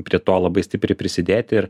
prie to labai stipriai prisidėti ir